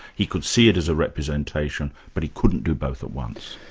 he could see it as a representation, but he couldn't do both at once.